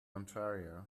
ontario